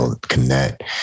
connect